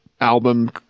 album